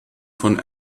von